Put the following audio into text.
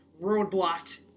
roadblocked